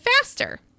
faster